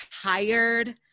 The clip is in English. tired